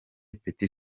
petit